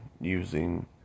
using